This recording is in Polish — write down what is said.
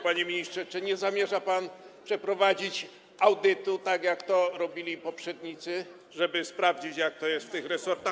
Panie ministrze, czy nie zamierza pan przeprowadzić audytu, tak jak to robili poprzednicy, żeby sprawdzić, jak jest w tych resortach?